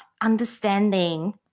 understanding